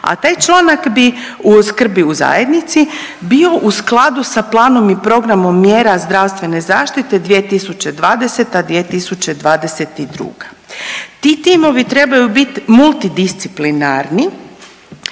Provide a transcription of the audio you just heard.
a taj članak bi, o skrbi u zajednici, bio u skladu sa planom i programom mjera zdravstvene zaštite 2020.-2022.. Ti timovi trebaju bit multidisciplinarni